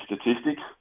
statistics